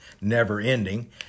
never-ending